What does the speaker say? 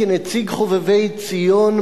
כנציג "חובבי ציון",